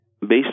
based